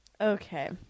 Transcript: Okay